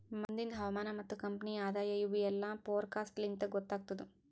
ಮುಂದಿಂದ್ ಹವಾಮಾನ ಮತ್ತ ಕಂಪನಿಯ ಆದಾಯ ಇವು ಎಲ್ಲಾ ಫೋರಕಾಸ್ಟ್ ಲಿಂತ್ ಗೊತ್ತಾಗತ್ತುದ್